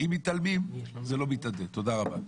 אם מתעלמים זה לא מתאדה, תודה רבה.